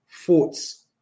thoughts